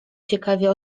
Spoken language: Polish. ciekawie